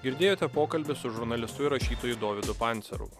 girdėjote pokalbį su žurnalistu ir rašytoju dovydu pancerovu